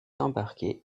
embarquer